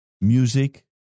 music